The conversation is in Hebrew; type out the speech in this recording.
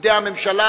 בידי הממשלה,